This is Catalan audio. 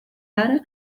ara